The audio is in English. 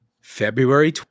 February